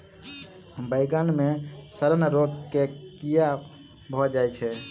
बइगन मे सड़न रोग केँ कीए भऽ जाय छै?